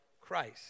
Christ